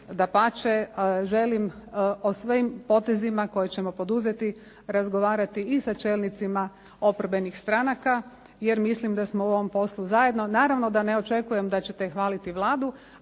Dapače želim o svim potezima koje ćemo poduzeti razgovarati i sa čelnicima oporbenih stranaka, jer mislim da smo u ovom poslu zajedno. Naravno da ne očekujem da ćete hvaliti Vladu,